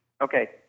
Okay